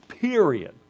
period